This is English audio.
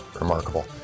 Remarkable